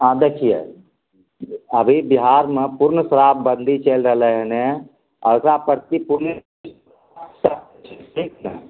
हँ बैठिए अभी बिहारमे पूर्ण शराबबंदी चलि रहलै हइ आ ओकरा प्रति ठीक छै